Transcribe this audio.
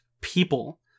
people